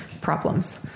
problems